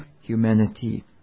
humanity